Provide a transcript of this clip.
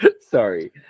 Sorry